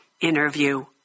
interview